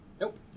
Nope